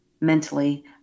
mentally